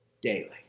daily